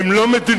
הן לא מדיניות,